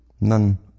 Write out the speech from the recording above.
None